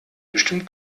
bestimmt